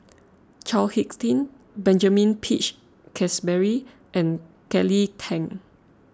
Chao Hick Tin Benjamin Peach Keasberry and Kelly Tang